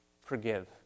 forgive